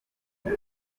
kera